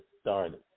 started